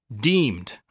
Deemed